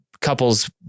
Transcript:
couple's